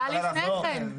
היה לפני כן.